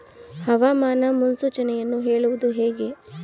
ಹವಾಮಾನ ಮುನ್ಸೂಚನೆಯನ್ನು ಹೇಳುವುದು ಹೇಗೆ?